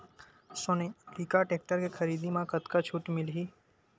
Sonalika tractor के खरीदी मा कतका छूट मीलही?